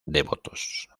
devotos